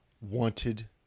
wanted